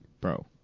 bro